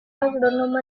agrónomo